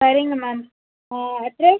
சரிங்க மேம் ஆ